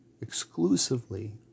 exclusively